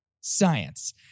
science